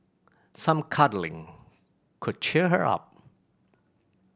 some cuddling could cheer her up